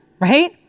right